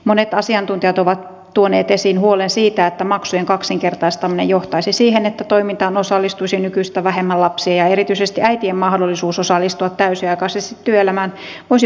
monet asiantuntijat ovat tuoneet esiin huolen siitä että maksujen kaksinkertaistaminen johtaisi siihen että toimintaan osallistuisi nykyistä vähemmän lapsia ja erityisesti äitien mahdollisuus osallistua täysiaikaisesti työelämään voisi vaikeutua